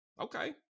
Okay